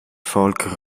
folk